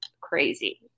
crazy